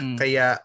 kaya